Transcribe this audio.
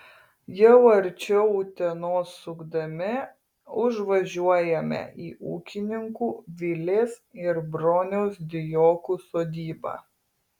jau arčiau utenos sukdami užvažiuojame į ūkininkų vilės ir broniaus dijokų sodybą